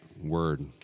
word